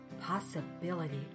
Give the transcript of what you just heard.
possibility